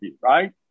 right